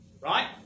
Right